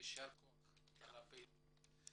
ויישר כוח על הפעילות.